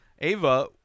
Ava